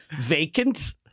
vacant